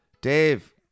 Dave